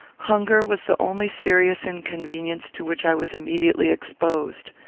hunger was the only serious inconvenience to which i was immediately exposed.